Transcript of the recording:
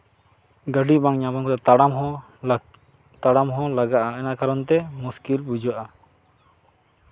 ᱜᱟᱹᱰᱤ ᱵᱟᱝ ᱧᱟᱢᱚᱜᱼᱟ ᱛᱟᱲᱟᱢ ᱦᱚᱸ ᱛᱟᱲᱟᱢ ᱦᱚᱸ ᱞᱟᱜᱟᱜᱼᱟ ᱚᱱᱟ ᱠᱟᱨᱚᱱ ᱛᱮ ᱢᱩᱥᱠᱤᱞ ᱵᱩᱡᱷᱟᱹᱜᱼᱟ